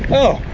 oh,